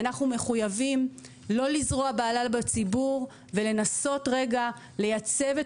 מחויבים לא לזרוע בהלה בציבור ולנסות רגע לייצב את